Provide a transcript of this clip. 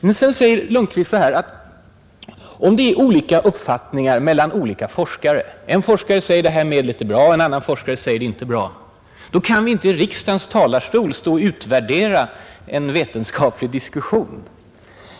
Vidare säger herr Lundkvist att om det är olika uppfattningar bland forskarna — en forskare säger att detta medel är bra, en annan säger att medlet inte är bra — kan vi inte i riksdagens talarstol stå och utvärdera en vetenskaplig diskussion.